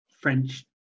French